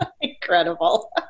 Incredible